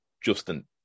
Justin